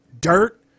dirt